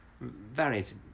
varies